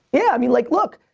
yeah, i mean like look,